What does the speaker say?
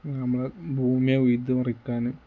നമ്മളെ ഭൂമിയെ ഉഴിതുമറിക്കാനും